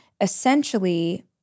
Essentially